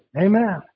amen